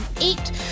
eight